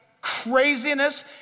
Craziness